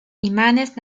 imanes